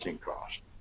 cost